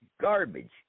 garbage